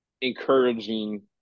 encouraging